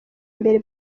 mbere